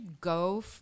go